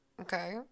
Okay